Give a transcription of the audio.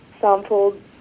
sampled